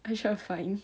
I shall find